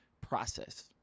process